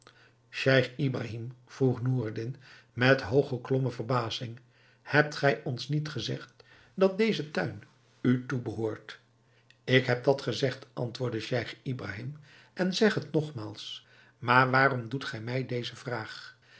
scheich ibrahim vroeg noureddin met hoog geklommen verbazing hebt gij ons niet gezegd dat deze tuin u toebehoort ik heb dat gezegd antwoordde scheich ibrahim en zeg het nogmaals maar waarom doet gij mij deze vraag